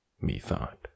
methought